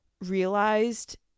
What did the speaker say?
realized